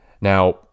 Now